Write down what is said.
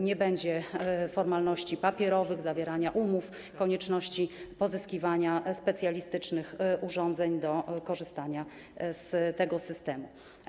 Nie będzie formalności papierowych, zawierania umów, konieczności pozyskiwania specjalistycznych urządzeń do korzystania z tego systemu.